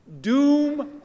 doom